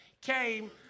came